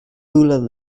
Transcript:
bualadh